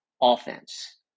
offense